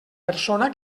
persona